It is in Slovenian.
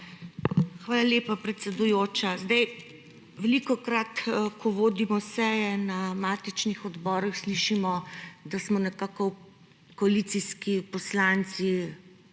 Hvala lepa, predsedujoča. Velikokrat, ko vodimo seje na matičnih odborih, slišimo, da nekako koalicijski poslanci